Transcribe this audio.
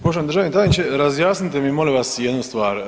Poštovani državni tajniče razjasnite mi molim vas jednu stvar.